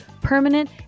permanent